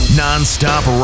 non-stop